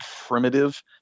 primitive